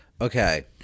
Okay